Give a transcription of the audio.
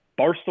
Barstool